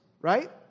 right